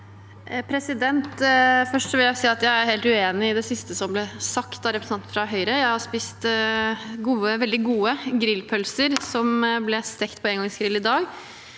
jeg er helt uenig i det siste som ble sagt av representanten fra Høyre. Jeg har i dag spist veldig gode grillpølser som ble stekt på engangsgrill.